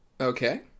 Okay